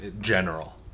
general